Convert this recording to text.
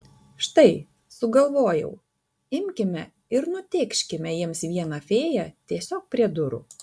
štai sugalvojau imkime ir nutėkškime jiems vieną fėją tiesiog prie durų